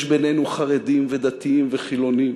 יש בינינו חרדים ודתיים וחילונים,